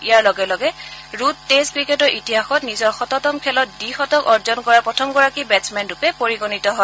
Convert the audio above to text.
ইয়াৰ লগে লগে Root test ক্ৰিকেটৰ ইতিহাসত নিজৰ শততম খেলত দ্বি শতক অৰ্জন কৰা প্ৰথমগৰাকী বেট্ছমেনৰূপে পৰিগণিত হয়